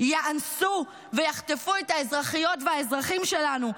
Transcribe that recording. יאנסו ויחטפו את האזרחיות והאזרחים שלנו,